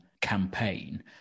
campaign